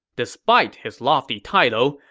despite his lofty title,